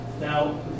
Now